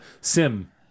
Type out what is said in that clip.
Sim